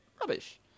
rubbish